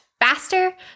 faster